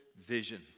vision